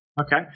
Okay